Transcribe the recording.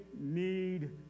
need